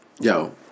Yo